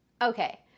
Okay